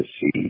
see